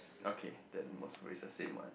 okay then what's it's always the same what